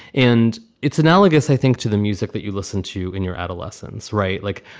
and it's analogous, i think, to the music that you listen to in your adolescence. right. like,